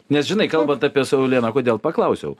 nes žinai kalbant apie saulėną kodėl paklausiau